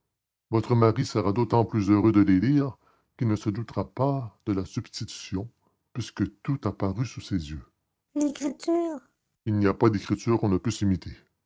votre mari sera d'autant plus heureux de les lire qu'il ne se doutera pas de la substitution puisque tout a paru se passer sous ses yeux l'écriture il n'y a pas d'écriture qu'on ne puisse imiter